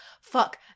fuck